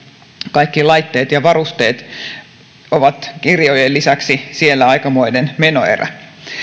kaikki laitteet ja varusteet ovat kirjojen lisäksi siellä aikamoinen menoerä